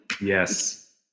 Yes